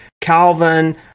Calvin